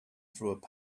through